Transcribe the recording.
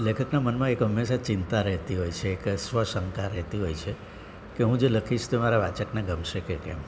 લેખકના મનમાં એક હંમેશાં ચિંતા રહેતી હોય છે એક સ્વશંકા રહેતી હોય છે કે હું જે લખીશ તે મારા વાચકને ગમશે કે કેમ